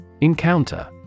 Encounter